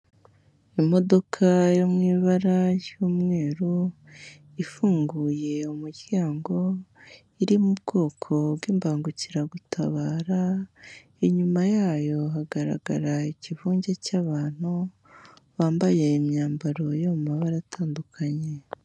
Imodoka yo mu ibara ry'umweru ifunguye umuryango, iri mu bwoko bw'imbangukiragutabara, inyuma yayo hagaragara ikivunge cy'abantu bambaye imyambaro yo mabara atandukanye.